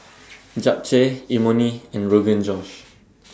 Japchae Imoni and Rogan Josh